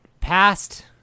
Past